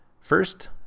First